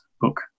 book